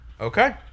Okay